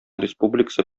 республикасы